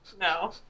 No